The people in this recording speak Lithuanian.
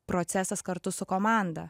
procesas kartu su komanda